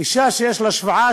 אישה שיש לה שבעה,